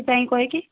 ସେଥିପାଇଁ କହେ କି